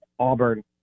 Auburn